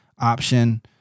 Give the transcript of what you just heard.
option